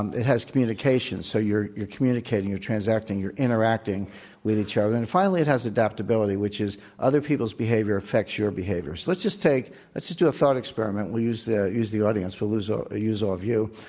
um it has communication, so you're you're communicating, you're transacting, you're interacting with each other. and finally it has adaptability, which is other people's behavior affects your let's just take let's just do a thought experiment. we'll use the use the audience. we'll use ah use all of you.